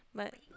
but